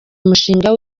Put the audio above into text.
umushinga